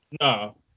No